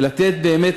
ולתת באמת,